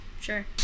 sure